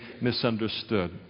misunderstood